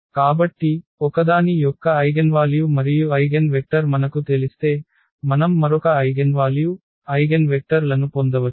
కాబట్టి ఒకదాని యొక్క ఐగెన్వాల్యూ మరియు ఐగెన్వెక్టర్ మనకు తెలిస్తే మనం మరొక ఐగెన్వాల్యూ ఐగెన్వెక్టర్ లను పొందవచ్చు